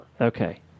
okay